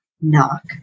knock